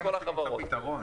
בחזית.